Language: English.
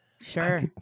sure